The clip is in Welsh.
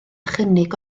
chynnig